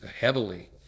heavily